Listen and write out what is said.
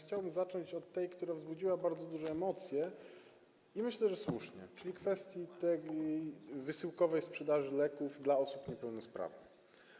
Chciałbym zacząć od tej, która wzbudziła bardzo duże emocje, i myślę, że słusznie, dotyczące wysyłkowej sprzedaży leków dla osób niepełnosprawnych.